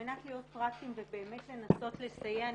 מנת להיות פרקטיים ובאמת לנסות לסייע,